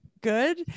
good